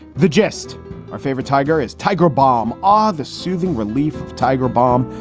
the gist our favorite tiger is tiger bomb are the soothing relief of tiger balm,